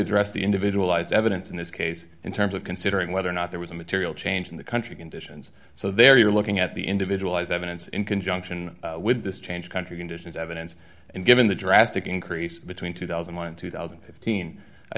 the individualized evidence in this case in terms of considering whether or not there was a material change in the country conditions so there you are looking at the individualized evidence in conjunction with this change country conditions evidence and given the drastic increase between two hundred two thousand and fifteen i